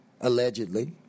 allegedly